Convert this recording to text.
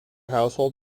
household